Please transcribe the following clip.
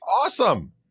Awesome